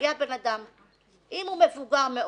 אם הוא מבוגר מאוד,